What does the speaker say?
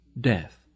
death